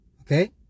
Okay